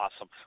Awesome